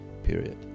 period